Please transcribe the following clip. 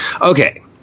Okay